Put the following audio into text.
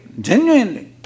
genuinely